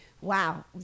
wow